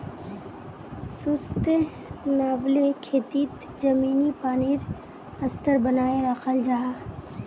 sustainable खेतित ज़मीनी पानीर स्तर बनाए राखाल जाहा